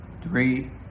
Three